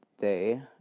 day